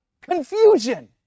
Confusion